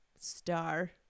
star